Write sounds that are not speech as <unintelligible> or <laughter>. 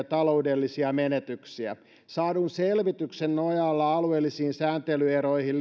<unintelligible> taloudellisia menetyksiä saadun selvityksen nojalla alueellisiin sääntelyeroihin <unintelligible>